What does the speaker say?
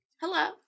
Hello